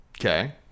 Okay